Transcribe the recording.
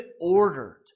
ordered